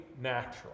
natural